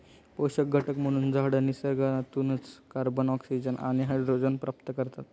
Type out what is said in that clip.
पोषक घटक म्हणून झाडं निसर्गातूनच कार्बन, ऑक्सिजन आणि हायड्रोजन प्राप्त करतात